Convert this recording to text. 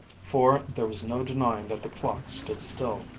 for there was no denying that the clock stood still.